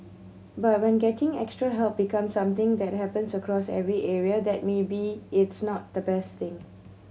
but when getting extra help becomes something that happens across every area then maybe it's not the best thing